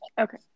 Okay